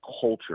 culture